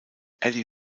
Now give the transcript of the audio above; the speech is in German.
eddie